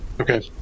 Okay